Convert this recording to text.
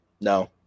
No